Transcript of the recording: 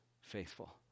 faithful